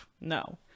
no